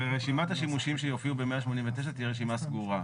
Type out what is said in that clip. רשימת השימושים שיופיעו ב-189 תהיה רשימה סגורה.